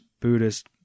Buddhist